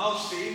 מה עושים?